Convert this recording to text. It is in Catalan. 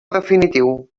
definitiu